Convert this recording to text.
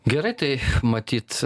gerai tai matyt